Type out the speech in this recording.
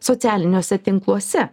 socialiniuose tinkluose